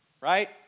right